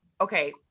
okay